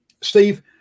Steve